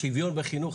שוויון בחינוך.